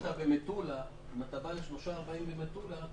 אם אתה בא לשלושה-ארבעה ימים במטולה,